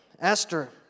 Esther